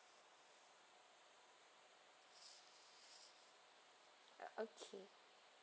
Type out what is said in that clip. uh okay